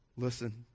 Listen